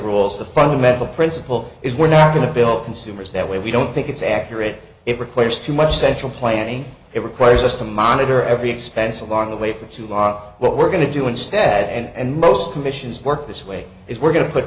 rules the fundamental principle is we're not going to bill consumers that way we don't think it's accurate it requires too much central planning it requires us to monitor every expense along the way for to lot of what we're going to do instead and most commissions work this way is we're going to put